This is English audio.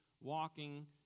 walking